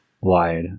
wide